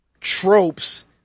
tropes